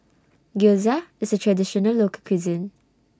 Gyoza IS A Traditional Local Cuisine